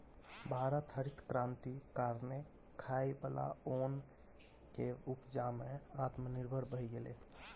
भारत हरित क्रांति कारणेँ खाइ बला ओन केर उपजा मे आत्मनिर्भर भए गेलै